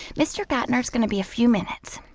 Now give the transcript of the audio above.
mr. geithner is going to be a few minutes.